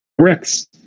Rex